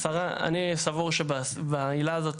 השרה, אני סבור שבעילה הזאת